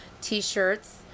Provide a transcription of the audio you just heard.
T-shirts